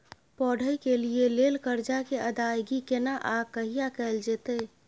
पढै के लिए लेल कर्जा के अदायगी केना आ कहिया कैल जेतै?